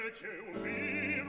ah to me,